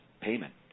payment